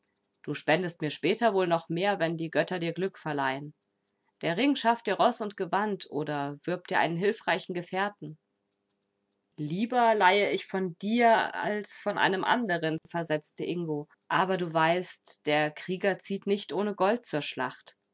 du spendest mir später wohl noch mehr wenn die götter dir glück verleihen der ring schafft dir roß und gewand oder wirbt dir einen hilfreichen gefährten lieber leihe ich von dir als von einem anderen versetzte ingo aber du weißt der krieger zieht nicht ohne gold zur schlacht